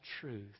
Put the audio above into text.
truth